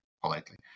politely